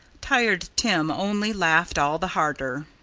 tired tim only laughed all the harder.